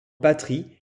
patrie